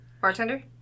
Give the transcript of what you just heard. Bartender